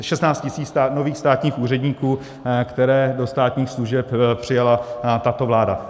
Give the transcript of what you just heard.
Šestnáct tisíc nových státních úředníků, které do státních služeb přijala tato vláda.